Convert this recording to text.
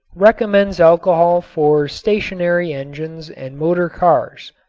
recommends alcohol for stationary engines and motor cars.